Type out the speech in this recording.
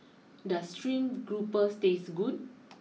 does stream grouper taste good